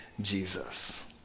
Jesus